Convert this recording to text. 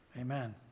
Amen